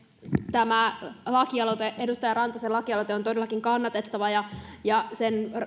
tämä edustaja rantasen lakialoite on on todellakin kannatettava sen